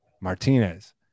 Martinez